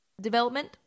development